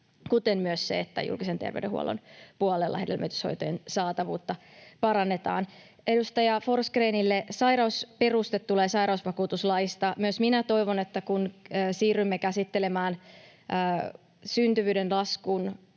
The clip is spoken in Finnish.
kuten myös se, että julkisen terveydenhuollon puolella hedelmöityshoitojen saatavuutta parannetaan. Edustaja Forsgrénille: Sairausperuste tulee sairausvakuutuslaista. Myös minä toivon, että kun siirrymme käsittelemään syntyvyyden laskua